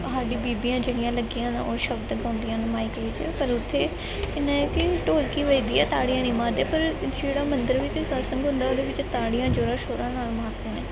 ਸਾਡੀ ਬੀਬੀਆਂ ਜਿਹੜੀਆਂ ਲੱਗੀਆਂ ਆ ਨਾ ਉਹ ਸ਼ਬਦ ਗਾਉਂਦੀਆਂ ਨੇ ਮਾਈਕ ਵਿੱਚ ਪਰ ਉੱਥੇ ਇੰਨਾਂ ਹੈ ਕਿ ਢੋਲਕੀ ਵੱਜਦੀ ਹੈ ਤਾੜੀਆਂ ਨਹੀਂ ਮਾਰਦੇ ਪਰ ਜਿਹੜਾ ਮੰਦਰ ਵਿੱਚ ਸਤਿਸੰਗ ਹੁੰਦਾ ਉਹਦੇ ਵਿੱਚ ਤਾੜੀਆਂ ਜੋਰਾਂ ਸ਼ੋਰਾਂ ਨਾਲ ਮਾਰਦੇ ਨੇ